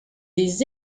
des